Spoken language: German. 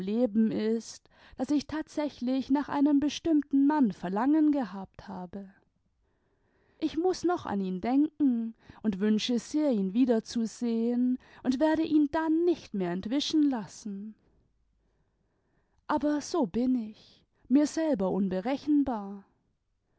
ist daß ich tatsächlich nach einem bestimmten mann verlangen gehabt habe ich muß noch an ihn denken und wünsche sehr ihn wiederzusehen und werde ihn dann nicht mehr entwischen lassen aber so bin ich mir selber unberechenbar